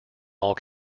all